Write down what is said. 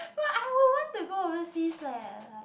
but I would want to go overseas leh like